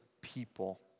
people